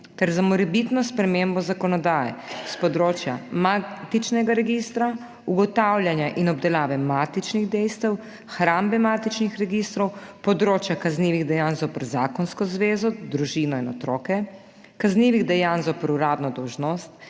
ter za morebitno spremembo zakonodaje s področja matičnega registra, ugotavljanja in obdelave matičnih dejstev, hrambe matičnih registrov, področja kaznivih dejanj zoper zakonsko zvezo, družino in otroke, kaznivih dejanj zoper uradno dolžnost,